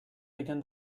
began